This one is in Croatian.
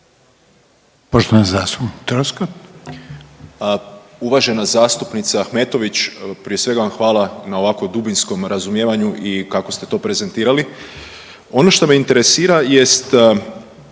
Zvonimir (MOST)** Uvažena zastupnice Ahmetović prije svega vam hvala na ovako dubinskom razumijevanju i kako ste to prezentirali. Ono što me interesira jest,